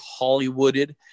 Hollywooded